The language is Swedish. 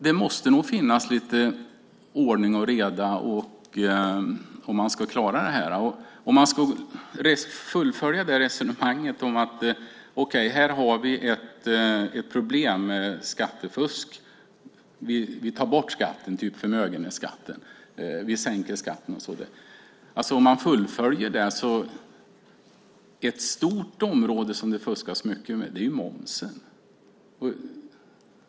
Det måste nog finnas lite ordning och reda om man ska klara det här. Resonemanget är: Vi har här ett problem, skattefusk. Lösningen är att ta bort skatten, till exempel förmögenhetsskatten, eller sänka skatten. Man kan fullfölja resonemanget: Ett stort område som det fuskas mycket med är momsen.